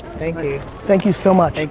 thank you. thank you so much,